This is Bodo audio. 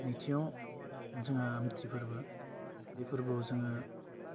नैथियाव जोङो आमथि फोरबो बे फोरबोआव जोङो